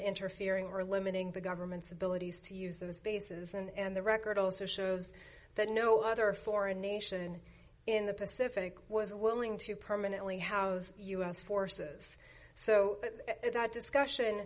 interfering or limiting the government's abilities to use those bases and the record also shows that no other foreign nation in the pacific was a willing to permanently have u s forces so that discussion